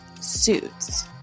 Suits